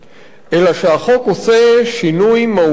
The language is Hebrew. אלא שהחוק עושה שינוי מהותי,